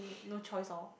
no choice loh